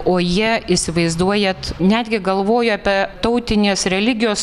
o jie įsivaizduojat netgi galvojo apie tautinės religijos